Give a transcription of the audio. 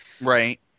Right